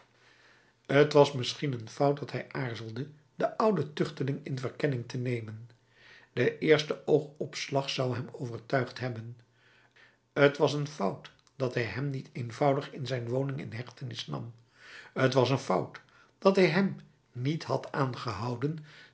t was misschien een fout dat hij aarzelde den ouden tuchteling in verkenning te nemen de eerste oogopslag zou hem overtuigd hebben t was een fout dat hij hem niet eenvoudig in zijn woning in hechtenis nam t was een fout dat hij hem niet had aangehouden